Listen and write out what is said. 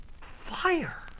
fire